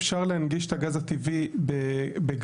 אפשר להנגיש את הגז הטבעי בגט"ד,